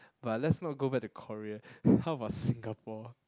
but let's not go back to Korea how about Singapore